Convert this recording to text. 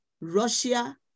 Russia